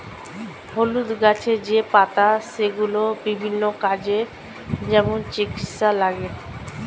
হলুদ গাছের যেই পাতা সেগুলো বিভিন্ন কাজে, যেমন চিকিৎসায় লাগে